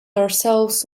ourselves